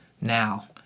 now